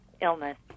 illness